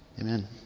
Amen